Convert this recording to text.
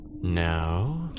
No